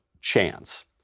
chance